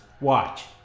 Watch